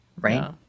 Right